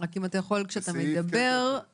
על התקופה עצמה.